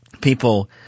People